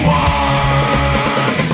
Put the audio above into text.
one